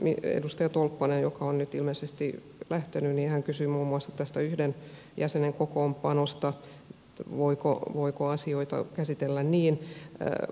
tässä edustaja tolppanen joka on nyt ilmeisesti lähtenyt kysyi muun muassa tästä yhden jäsenen kokoonpanosta voiko asioita käsitellä niin